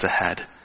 ahead